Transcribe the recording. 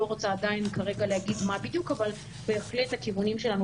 לא רוצה עדיין כרגע להגיד מה בדיוק אבל בהחלט הכיוונים שלנו,